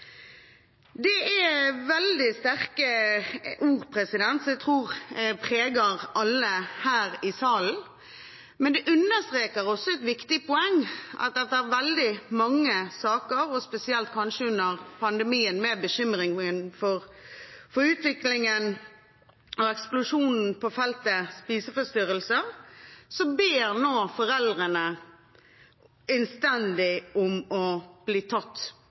Det er veldig sterke ord som jeg tror preger alle her i salen, men det understreker også et viktig poeng. Etter veldig mange saker, og kanskje spesielt under pandemien, med bekymringen for utviklingen og eksplosjonen på feltet spiseforstyrrelser, ber foreldrene nå innstendig om å bli tatt